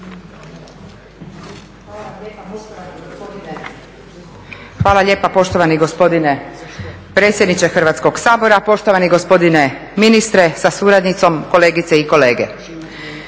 vam lijepa poštovani gospodine predsjedniče Hrvatskog sabora. Poštovani gospodine ministrice sa suradnicom, kolegice i kolege.